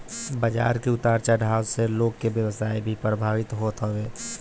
बाजार के उतार चढ़ाव से लोग के व्यवसाय भी प्रभावित होत हवे